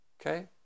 Okay